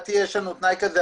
לדעתי יש לנו תנאי כזה.